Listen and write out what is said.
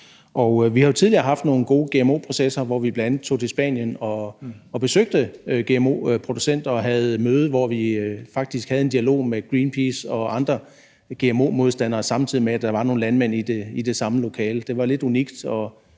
Vi har jo tidligere haft nogle gode gmo-processer, hvor vi bl.a. tog til Spanien og besøgte gmo-producenter og faktisk havde møde og dialog med Greenpeace og andre gmo-modstandere, samtidig med at der var nogle landmænd i det samme lokale. Det var lidt unikt